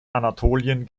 anatolien